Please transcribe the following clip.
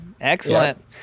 Excellent